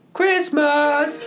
Christmas